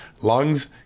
lungs